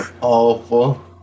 Awful